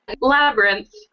Labyrinth